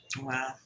Wow